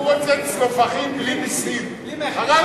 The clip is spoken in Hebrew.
הוא רוצה צלופחים בלי מסים, הרב גפני.